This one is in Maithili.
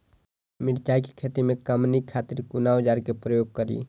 मिरचाई के खेती में कमनी खातिर कुन औजार के प्रयोग करी?